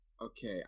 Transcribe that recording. Okay